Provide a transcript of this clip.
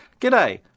G'day